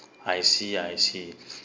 I see I see